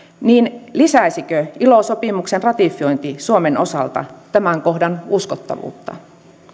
niin lisäisikö ilo sopimuksen ratifiointi suomen osalta tämän kohdan uskottavuutta